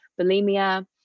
bulimia